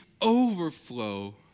overflow